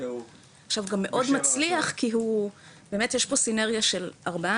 והוא גם נורא הצליח כי באמת יש פה סינרגיה של ארבעה